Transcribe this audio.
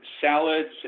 salads